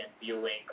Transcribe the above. viewing